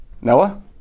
Noah